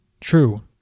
True